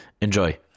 enjoy